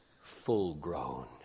full-grown